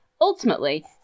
ultimately